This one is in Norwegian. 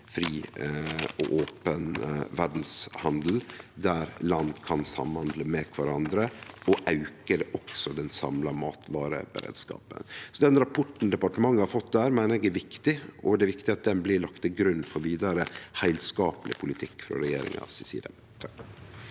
fri og open verdshandel, der land kan handle med kvarandre og auke også den samla matvareberedskapen. Så den rapporten departementet har fått, meiner eg er viktig, og det er viktig at han blir lagt til grunn for vidare heilskapleg politikk frå regjeringa